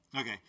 Okay